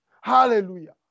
Hallelujah